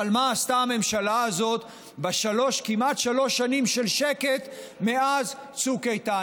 אבל מה עשתה הממשלה הזאת בכמעט שלוש שנים של שקט מאז צוק איתן?